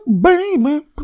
baby